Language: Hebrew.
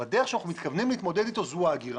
הדרך בה אנחנו מתכוונים להתמודד אתו, זו האגירה.